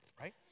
right